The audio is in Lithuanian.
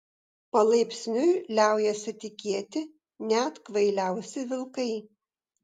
palaipsniui liaujasi tikėti net kvailiausi vilkai